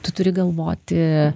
tu turi galvoti